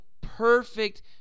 perfect